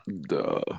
duh